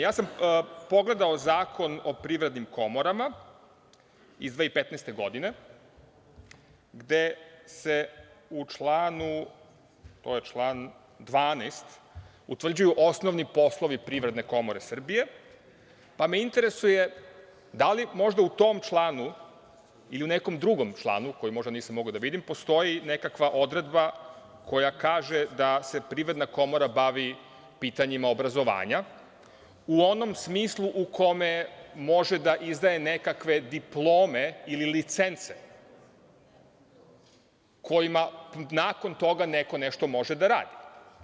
Ja sam pogledao Zakon o privrednim komorama iz 2015. godine, gde se u članu 12. utvrđuju osnovni poslovi Privredne komore Srbije, pa me interesuje da li možda u tom članu ili u nekom drugom članu, koji možda nisam mogao da vidim, postoji nekakva odredba koja kaže da se Privredna komora bavi pitanjima obrazovanja u onom smislu u kome može da izdaje nekakve diplome ili licence kojima nakon toga neko nešto može da radi.